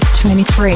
23